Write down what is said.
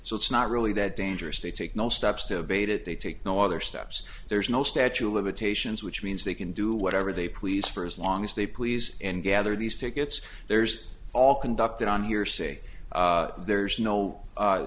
so it's not really that dangerous they take no steps to bait it they take no other steps there's no statute of limitations which means they can do whatever they please for as long as they please and gather these tickets there's all conducted on hearsay there's no a